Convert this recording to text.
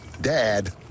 Dad